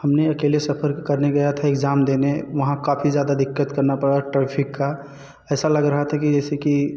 हमने अकेले सफ़र करने गया था एग्ज़ाम देने वहाँ काफ़ी ज़्यादा दिक्कत करना पड़ा ट्रैफ़िक का ऐसा लग रहा था कि जैसे कि